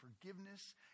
forgiveness